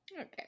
okay